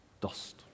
dust